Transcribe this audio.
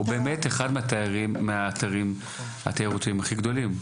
הוא באמת אחד מהאתרים התיירותיים הגדולים בישראל.